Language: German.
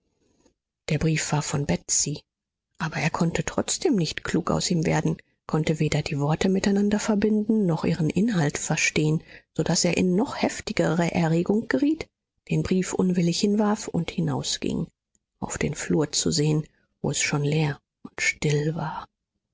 der brief war von betsy aber er konnte trotzdem nicht klug aus ihm werden konnte weder die worte miteinander verbinden noch ihren inhalt verstehen so daß er in noch heftigere erregung geriet den brief unwillig hinwarf und hinausging auf den flur zu sehen wo es schon leer und still war